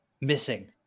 missing